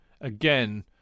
again